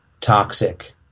toxic